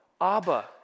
Abba